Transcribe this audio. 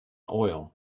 oil